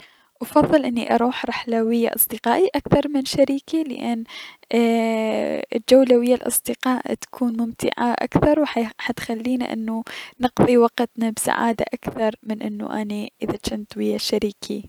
افضل اني اروح رحلة ويا اصدقائي اكثر من شريكي لأن الجولة ويا الأصدقاء تكون اي- ممتعة اكثر و تخلينا اي انو نقضي وقتنا بسعادة اكثر من انو اذا جنت ويا شريكي.